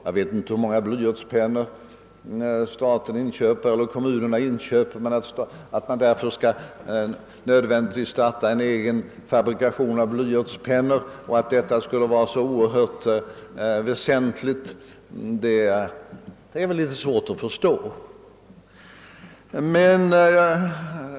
Jag vet inte hur många blyertspennor som staten eller kommunerna inköper, men jag har litet svårt att förstå att det skulle vara lämpligt att staten startar en egen fabrikation av blyertspennor.